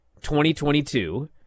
2022